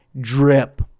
Drip